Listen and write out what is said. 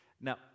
Now